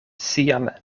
sian